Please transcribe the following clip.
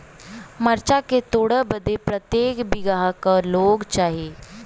मरचा के तोड़ बदे प्रत्येक बिगहा क लोग चाहिए?